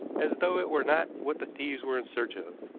as though it were not what the thieves were in search of